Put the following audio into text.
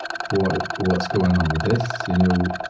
what, what's going on with this, you know.